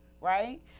right